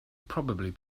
probably